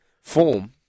form